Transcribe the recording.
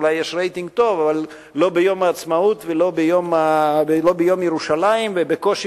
אולי יש רייטינג טוב אבל לא ביום העצמאות ולא ביום ירושלים ובקושי